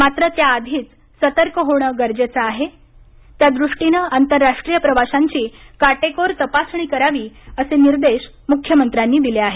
मात्र त्याआधीच सतर्क होणं गरजेचं आहे त्यादृष्टीनं आंतरराष्ट्रीय प्रवाशांची काटेकोर तपासणी करावी असे निर्देश मुख्यमंत्र्यांनी दिले आहेत